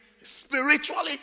spiritually